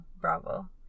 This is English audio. Bravo